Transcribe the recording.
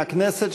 מהכנסת,